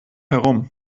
herum